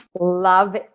Love